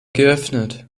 geöffnet